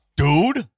dude